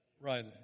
Right